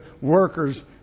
workers